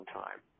time